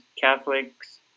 Catholics